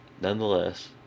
Nonetheless